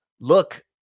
look